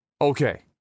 Okay